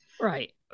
right